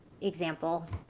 example